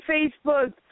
Facebook